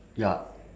ya